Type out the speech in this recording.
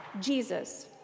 Jesus